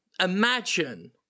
Imagine